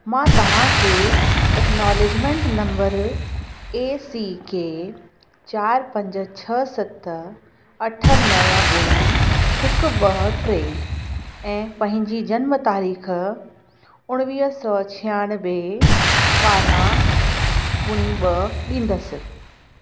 मां तव्हां खे acknowledgement number A C K चार पंज छह सत अठ नव ॿुड़ी हिकु ॿ टे ऐं पंहिंजी जन्म तारीख़ु उणिवीह सौ छहानवे ॿारहां ॿुड़ी ॿ ॾींदसि